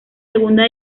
segunda